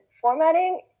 formatting